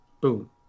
Boom